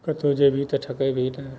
कतहु जेबही तऽ ठकेबही भी नहि